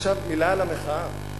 עכשיו מלה על המחאה.